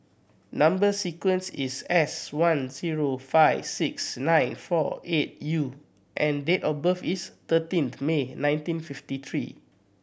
number sequence is S one zero five six nine four eight U and date of birth is thirteenth May nineteenth fifty three